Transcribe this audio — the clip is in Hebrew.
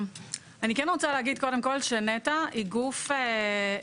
אני כן רוצה להגיד שנת"ע היא גוף ביצועי-משימתי.